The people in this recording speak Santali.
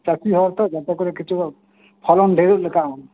ᱪᱟᱹᱥᱤ ᱦᱚᱲᱛᱚ ᱡᱟᱛᱮ ᱠᱚᱨᱮ ᱠᱤᱪᱷᱩ ᱯᱷᱚᱞᱚᱱ ᱰᱷᱮᱨᱚᱜ ᱞᱮᱠᱟᱱ